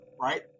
Right